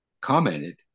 commented